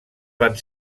van